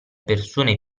persone